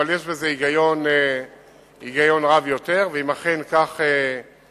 אבל יש בזה היגיון רב יותר, ואם אכן כך ייעשה,